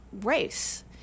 race